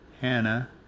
Hannah